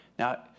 Now